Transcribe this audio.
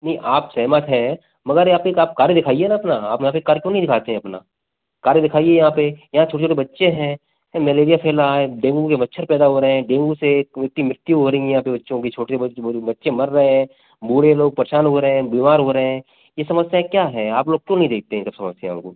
नहीं आप सहमत हैं मगर यहाँ पर का आप कार्य दिखाइए ना अपना फिर कार्य क्यों नहीं दिखाते हैं अपना कार्य दिखाइए यहाँ पर यहाँ छोटे छोटे बच्चे हैं मलेरिया फैल रहा है डेंगू के मच्छर पैदा हो रहे हैं डेंगू से मृत्यु मृत्यु हो रही हैं यहाँ पर बच्चों की छोटे बच्चे मर रहे हैं बूढ़े लोग परेशान हो रहे हैं बीमार हो रहें हैं ये समस्याएँ क्या हैं आप लोग क्यों नहीं देखते इन सब समस्याओं को